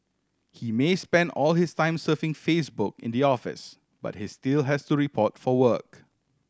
he may spend all his time surfing Facebook in the office but he still has to report for work